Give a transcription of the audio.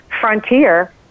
frontier